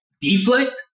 Deflect